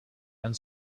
and